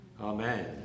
Amen